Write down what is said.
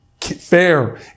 fair